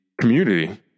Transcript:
community